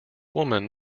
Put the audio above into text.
woman